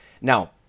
Now